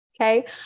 okay